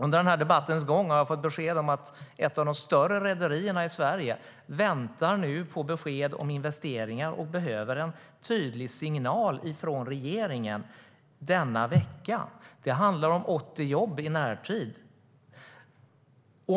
Under debattens gång har jag fått besked om att ett av de större rederierna i Sverige väntar på besked om investeringar och behöver en tydlig signal från regeringen den här veckan. Det handlar om 80 jobb i närtid.